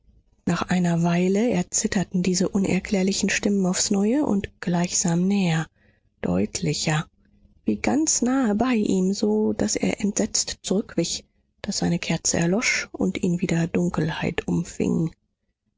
nach einer weile erzitterten diese unerklärlichen stimmen aufs neue und gleichsam näher deutlicher wie ganz nahe bei ihm so daß er entsetzt zurückwich daß seine kerze erlosch und ihn wieder dunkelheit umfing